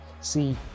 See